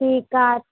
ठीकु आहे